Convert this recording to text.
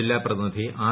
ജില്ലാ പ്രതിനിധി ആർ